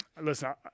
Listen